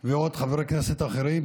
וחברי כנסת אחרים